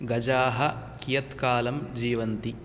गजाः कियत्कालं जीवन्ति